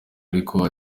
ariko